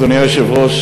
אדוני היושב-ראש,